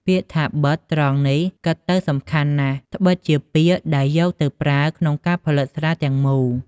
ពាក្យថា «បិត» ត្រង់នេះ គិតទៅសំខាន់ណាស់ ដ្បិតជាពាក្យដែលយកទៅប្រើក្នុងការផលិតស្រាទាំងមូល។